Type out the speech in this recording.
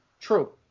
True